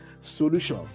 solution